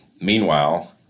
Meanwhile